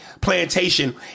plantation